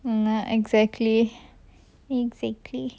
exactly exactly